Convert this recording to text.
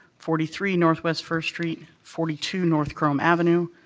forty three northwest first street, forty two north krome avenue,